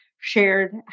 shared